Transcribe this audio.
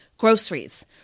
groceries